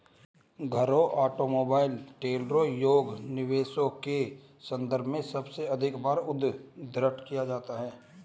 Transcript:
घरों, ऑटोमोबाइल, ट्रेलरों योग्य निवेशों के संदर्भ में सबसे अधिक बार उद्धृत किया जाता है